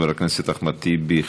חבר הכנסת אחמד טיבי,